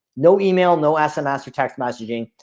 no email no ss or text messaging.